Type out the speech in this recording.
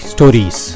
Stories